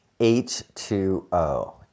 H2O